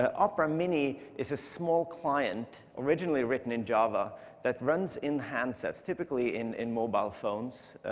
ah opera mini is a small client originally written in java that runs in handsets, typically in in mobile phones,